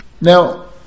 Now